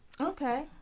okay